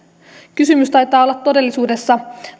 kysymys taitaa olla todellisuudessa